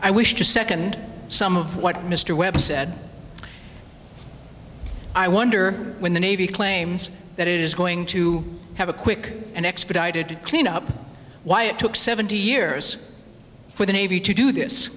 i wish to second some of what mr webb said i wonder when the navy claims that it is going to have a quick and expedited cleanup why it took seventy years for the navy to do this